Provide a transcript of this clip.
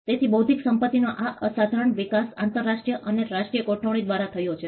તેથી બૌદ્ધિક સંપત્તિનો આ અસાધારણ વિકાસ આંતરરાષ્ટ્રીય અને રાષ્ટ્રીય ગોઠવણી દ્વારા થયો છે